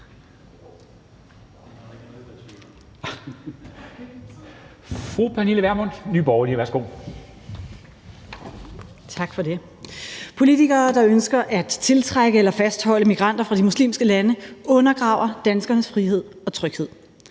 Pernille Vermund (NB): Tak for det. Politikere, der ønsker at tiltrække eller fastholde migranter fra de muslimske lande, undergraver danskernes frihed og tryghed.